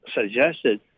suggested